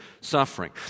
suffering